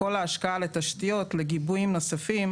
כל ההשקעה לתשתיות ולגיבויים נוספים,